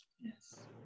Yes